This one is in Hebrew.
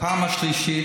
בפעם השלישית,